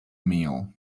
meal